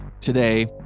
today